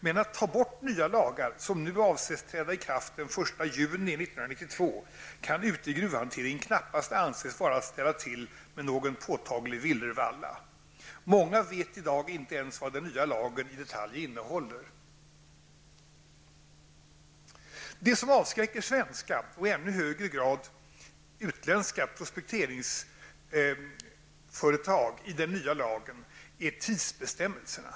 Men att ta bort nya lagar, som nu avses träda i kraft den 1 juli 1992, kan ute i gruvhanteringen knappast anses vara att ställa till med någon påtaglig villervalla. Många vet i dag inte ens vad den nya lagen i detalj innehåller. Det som avskräcker svenska och -- i ännu högre grad -- utländska prospekteringsföretag i den nya lagen är tidsbestämmelserna.